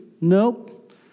Nope